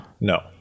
No